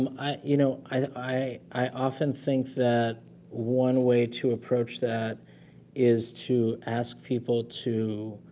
um i, you know, i often think that one way to approach that is to ask people to